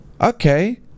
okay